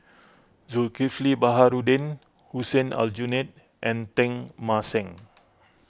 Zulkifli Baharudin Hussein Aljunied and Teng Mah Seng